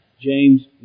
James